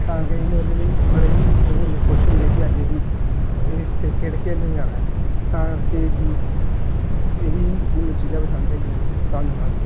ਤਾਂ ਕਰਕੇ ਅਸੀਂ ਉਹਦੇ ਲਈ ਬੜੇ ਹੀ ਉਹ ਹੁੰਦੇ ਹਾਂ ਖੁਸ਼ ਹੁੰਦੇ ਹੈ ਕਿ ਅੱਜ ਅਸੀਂ ਇਹ ਕ੍ਰਿਕਟ ਖੇਲਣ ਜਾਣਾ ਹੈ ਤਾਂ ਕਰਕੇ ਇਹ ਹੀ ਮੈਨੂੰ ਚੀਜ਼ਾਂ ਪਸੰਦ ਹੈਗੀਆਂ ਅਤੇ ਧੰਨਵਾਦ